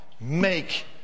make